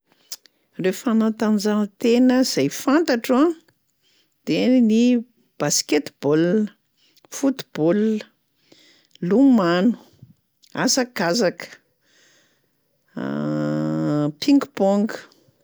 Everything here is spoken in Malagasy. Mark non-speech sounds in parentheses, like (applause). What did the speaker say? Reo fantanjahantena zay fantatro a de ny basketball, football, lomano, hazakazaka, (hesitation) ping pong, zay.